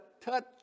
touch